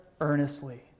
earnestly